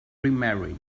remarried